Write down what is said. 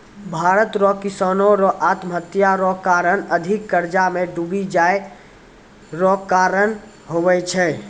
भारत रो किसानो रो आत्महत्या रो कारण अधिक कर्जा मे डुबी जाय रो कारण हुवै छै